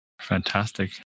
Fantastic